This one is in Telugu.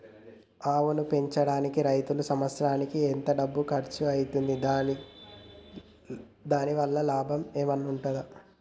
ఆవును పెంచడానికి రైతుకు సంవత్సరానికి ఎంత డబ్బు ఖర్చు అయితది? దాని వల్ల లాభం ఏమన్నా ఉంటుందా?